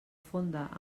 fonda